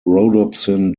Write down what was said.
rhodopsin